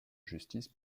justice